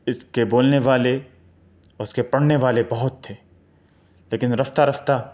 اس کے بولنے والے اس کے پڑھنے والے بہت تھے لیکن رفتہ رفتہ